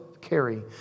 carry